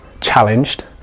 challenged